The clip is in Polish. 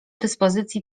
dyspozycji